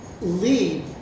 lead